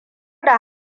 da